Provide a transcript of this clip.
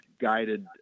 guided